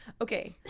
okay